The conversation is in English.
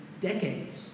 decades